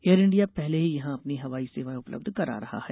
air India पहले ही यहां अपनी हवाई सेवाएं उपलब्ध करा रहा है